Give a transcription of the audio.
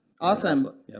Awesome